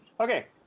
Okay